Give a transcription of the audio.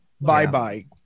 Bye-bye